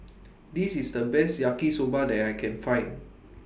This IS The Best Yaki Soba that I Can Find